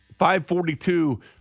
542